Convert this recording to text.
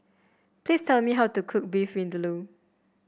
please tell me how to cook Beef Vindaloo